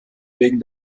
wegen